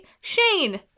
Shane